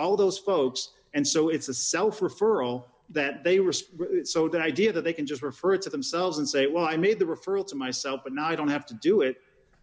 all those folks and so it's a self referral that they risk so that idea that they can just refer to themselves and say well i made the referral to myself and i don't have to do it